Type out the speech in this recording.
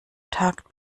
tagt